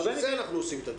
בגלל זה אנחנו עורכים את הדיון.